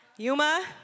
Yuma